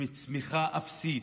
עם צמיחה אפסית.